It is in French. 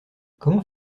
comment